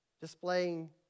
displaying